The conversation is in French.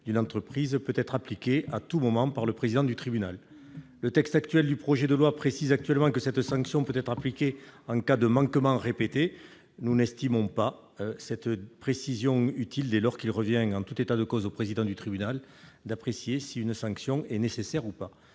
d'une entreprise peut être appliqué à tout moment par le président du tribunal. Le texte actuel du projet de loi précise que cette sanction peut être appliquée en « cas de manquement répété »; nous n'estimons pas cette précision utile, dès lors qu'il revient au président du tribunal d'apprécier si une sanction est nécessaire ou non.